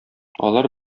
алар